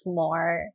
more